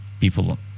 people